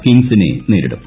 കിംഗ്സിനെ നേരിടും